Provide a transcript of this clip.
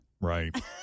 Right